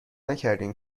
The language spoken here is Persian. نکردین